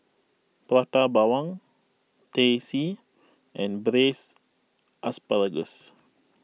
Prata Bawang Teh C and Braised Asparagus